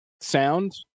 sound